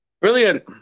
Brilliant